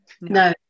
no